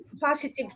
positive